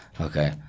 Okay